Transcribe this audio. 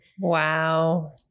Wow